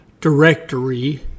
directory